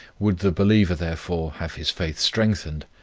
would the believer, therefore, have his faith strengthened,